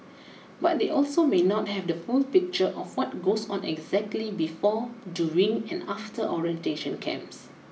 but they also may not have the full picture of what goes on exactly before during and after orientation camps